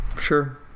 sure